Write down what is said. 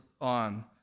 on